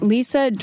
Lisa